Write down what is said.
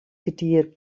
kertier